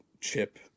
chip